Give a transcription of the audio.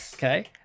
Okay